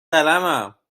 قلمم